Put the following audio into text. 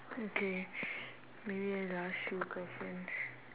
okay maybe I'll ask you questions